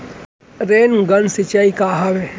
Rain gun सिंचाई का हवय?